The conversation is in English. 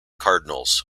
cardinals